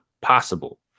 possible